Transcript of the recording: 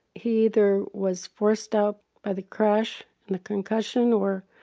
he either was forced out by the crash and a concussion or